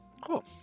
Cool